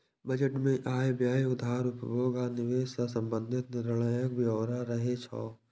budget मे आय, व्यय, उधार, उपभोग आ निवेश सं संबंधित निर्णयक ब्यौरा रहै छै